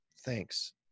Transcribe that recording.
thanks